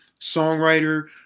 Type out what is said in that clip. songwriter